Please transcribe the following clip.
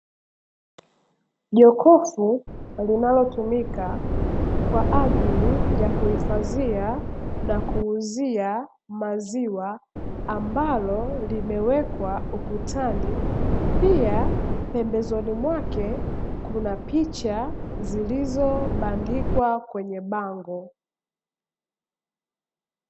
Jokofu linalotumika kwa ajili ya kuhifadhia na kuuzia maziwa, ambalo limewekwa ukutani, pia pembezoni mwake kuna picha zilizobandikwa kwenye bango.